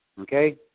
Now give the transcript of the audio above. Okay